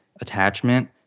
attachment